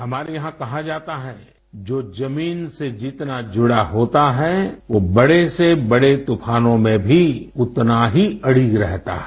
हमारे यहाँ कहा जाता है जो जमीन से जितना जुड़ा होता है वो बड़े से बड़े तूफानों में भी उतना ही अडिग रहता है